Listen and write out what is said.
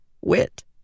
wit